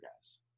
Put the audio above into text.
guys